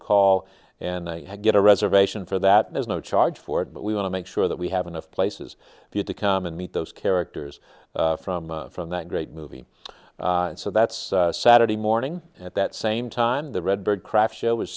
call and get a reservation for that there's no charge for it but we want to make sure that we have enough places for you to come and meet those characters from from that great movie and so that's saturday morning at that same time the redbird craft show is